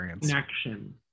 connection